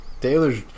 Taylor's